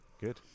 Good